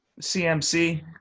CMC